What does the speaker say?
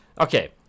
Okay